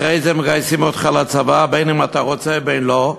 אחרי זה מגייסים אותך לצבא אם אתה רוצה ואם לא.